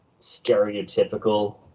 stereotypical